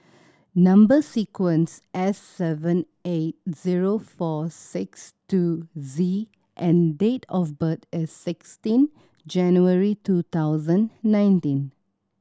number sequence S seven eight zero four six two Z and date of birth is sixteen January two thousand nineteen